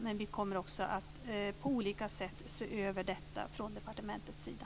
Men vi kommer också att på olika sätt se över detta från departementets sida.